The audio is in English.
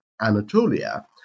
Anatolia